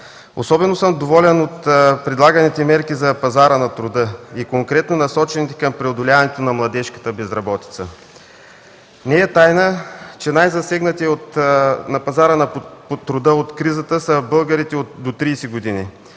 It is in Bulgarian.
Особено съм доволен от предлаганите мерки за пазара на труда и конкретно насочените към преодоляването на младежката безработица. Не е тайна, че най-засегнати на пазара на труда от кризата са българите до 30 години.